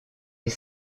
est